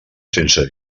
sense